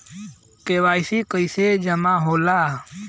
हमरा के डिपाजिट करे के बा कईसे होई?